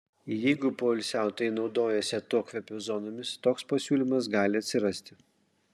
jeigu poilsiautojai naudojasi atokvėpio zonomis toks pasiūlymas gali atsirasti